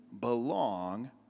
belong